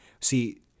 see